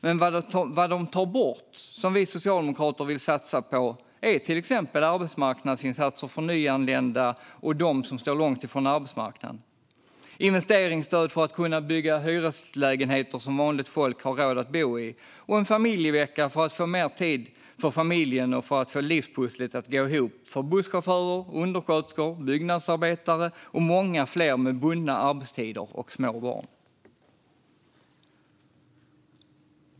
Men vad de tar bort, som vi socialdemokrater vill satsa på, är till exempel arbetsmarknadsinsatser för nyanlända och de som står långt ifrån arbetsmarknaden, investeringsstöd för att kunna bygga hyreslägenheter som vanligt folk har råd att bo i och en familjevecka för att få mer tid för familjen och för att få livspusslet att gå ihop för busschaufförer, undersköterskor, byggnadsarbetare och många fler med bundna arbetstider och små barn.